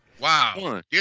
Wow